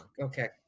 okay